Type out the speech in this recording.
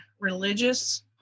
religious